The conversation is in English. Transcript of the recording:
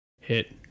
Hit